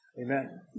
Amen